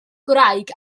gwraig